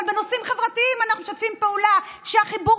אבל בנושאים חברתיים אנחנו משתפים פעולה,